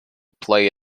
played